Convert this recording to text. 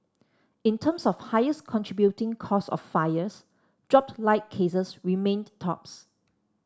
in terms of highest contributing cause of fires dropped light cases remained tops